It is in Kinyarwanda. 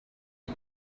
ngo